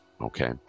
okay